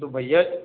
तो भैया